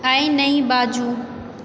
आइ नहि बाजू